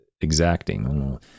exacting